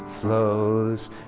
Flows